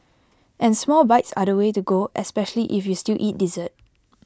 and small bites are the way to go especially if you still eat dessert